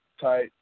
tight